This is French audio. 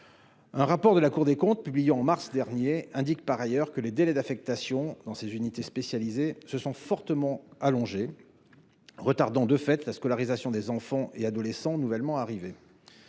Un rapport de la Cour des comptes publié en mars dernier indique par ailleurs que les délais d’affectation dans ces unités spécialisées se sont fortement allongés, retardant de fait la scolarisation des enfants et adolescents nouvellement arrivés.